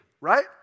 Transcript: right